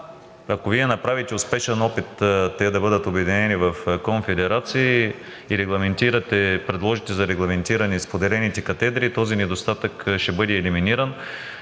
Ако Вие направите успешен опит те да бъдат обединени в конфедерации и предложите за регламентиране споделените катедри, този недостатък ще бъде елиминиран.